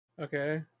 Okay